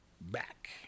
back